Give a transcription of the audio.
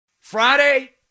Friday